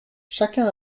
chacun